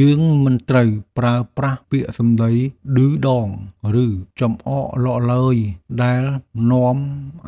យើងមិនត្រូវប្រើប្រាស់ពាក្យសម្តីឌឺដងឬចំអកឡកឡឺយដែលនាំ